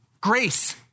Grace